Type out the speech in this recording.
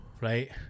right